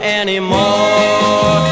anymore